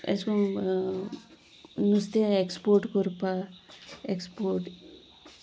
अशें करून नुस्तें एक्सपोर्ट करपाक एक्सपोर्ट